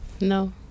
No